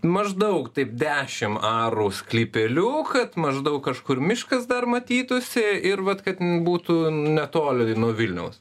maždaug taip dešim arų sklypeliu kad maždaug kažkur miškas dar matytųsi ir vat kad n būtų netoli nuo vilniaus